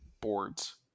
boards